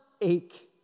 ache